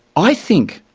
i think,